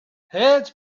heads